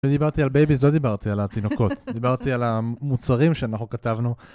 כשדיברתי על בייביז לא דיברתי על התינוקות, דיברתי על המוצרים שאנחנו כתבנו.